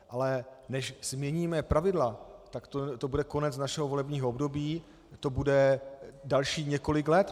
Ale než změníme pravidla, tak to bude konec našeho volebního období, to bude dalších několik let.